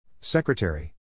Secretary